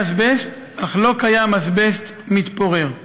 החוק למניעת מפגעי אסבסט ואבק מזיק מתיר שימוש